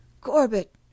Corbett